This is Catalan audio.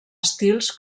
estils